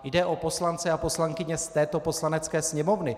Jde o poslance a poslankyně z této Poslanecké sněmovny.